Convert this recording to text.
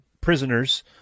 prisoners